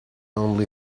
only